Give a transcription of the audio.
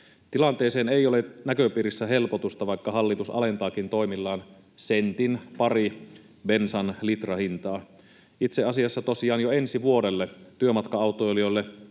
Tilanteeseen ei ole näköpiirissä helpotusta, vaikka hallitus alentaakin toimillaan sentin pari bensan litrahintaa. Itse asiassa tosiaan jo ensi vuodelle työmatka-autoilijoille